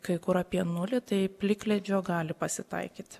kai kur apie nulį tai plikledžio gali pasitaikyt